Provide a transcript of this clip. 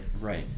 right